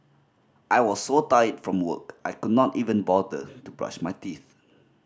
I was so tired from work I could not even bother to brush my teeth